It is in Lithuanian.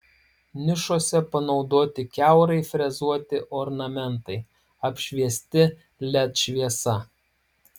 nišose panaudoti kiaurai frezuoti ornamentai apšviesti led šviesa